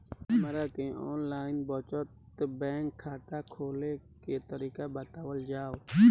हमरा के online बचत बैंक खाता खोले के तरीका बतावल जाव?